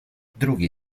drugi